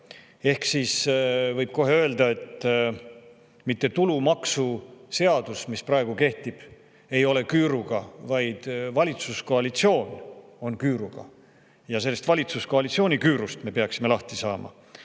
Ehk siis võib öelda, et mitte tulumaksuseadus, mis praegu kehtib, ei ole küüruga, vaid valitsuskoalitsioon on küüruga. Ja sellest valitsuskoalitsiooni küürust me peaksime lahti saama.